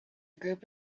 group